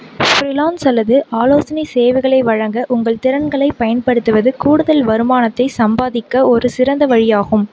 freelance அல்லது ஆலோசனை சேவைகளை வழங்க உங்கள் திறன்களைப் பயன்படுத்துவது கூடுதல் வருமானத்தை சம்பாதிக்க ஒரு சிறந்த வழியாகும்